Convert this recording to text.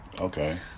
Okay